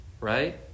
Right